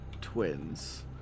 twins